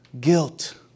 Guilt